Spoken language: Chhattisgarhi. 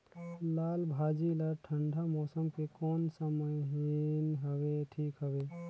लालभाजी ला ठंडा मौसम के कोन सा महीन हवे ठीक हवे?